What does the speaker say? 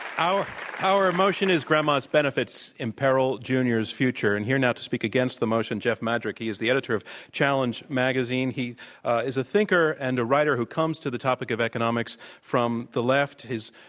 our our motion is grandma's benefits imperil junior's future. and here now to speak against the motion, jeff madrick. he is the editor of challenge magazine. he is a thinker and a writer who comes to the topic of economics from the left. his